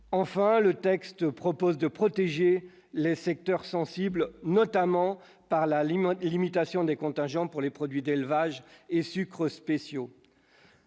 enfin, le texte propose de protéger les secteurs sensibles, notamment par l'aliment, limitation des contingents pour les produits d'élevage et sucre spéciaux.